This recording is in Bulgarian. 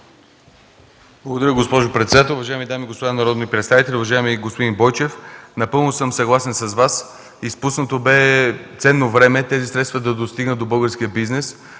Благодаря, госпожо председател. Уважаеми дами и господа народни представители! Уважаеми господин Бойчев, напълно съм съгласен с Вас, изпуснато бе ценно време тези средства да достигнат до българския бизнес,